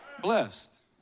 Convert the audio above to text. Blessed